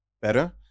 better